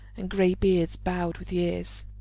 and greybeards bowed with years